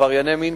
עברייני מין,